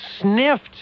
sniffed